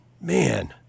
man